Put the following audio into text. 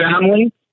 family